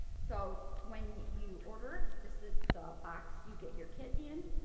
so when you order, this is the box you get your kit in.